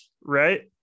right